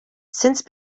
since